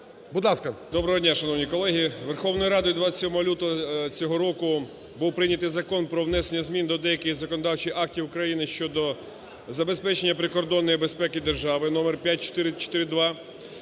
Доброго дня, шановні колеги. Верховною Радою 27 лютого цього року був прийнятий Закон про внесення змін до деяких законодавчих актів України щодо забезпечення прикордонної безпеки держави (№ 5442).